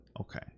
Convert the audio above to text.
okay